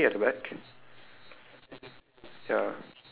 ya twelve okay so do we just wait now